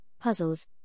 puzzles